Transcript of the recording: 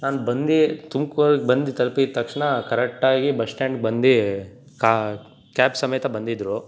ನಾನು ಬಂದು ತುಮ್ಕೂರಿಗೆ ಬಂದು ತಲ್ಪಿದ ತಕ್ಷಣ ಕರೆಕ್ಟಾಗಿ ಬಸ್ ಸ್ಟಾಂಡ್ಗೆ ಬಂದು ಕಾ ಕ್ಯಾಬ್ ಸಮೇತ ಬಂದಿದ್ದರು